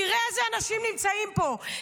תראה איזה אנשים נמצאים פה,